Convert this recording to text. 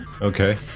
Okay